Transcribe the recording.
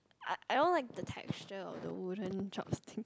I I don't like the texture of the wooden chopsticks